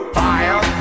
fire